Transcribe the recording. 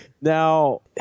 now